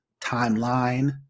timeline